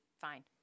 fine